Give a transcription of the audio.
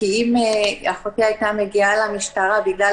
כי אם אחותי הייתה מגיעה למשטרה בגלל